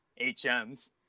HMs